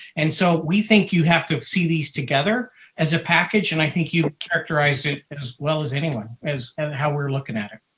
and so we think you have to see these together as a package. and i think you characterized it as well as anyone in and how we're looking at it.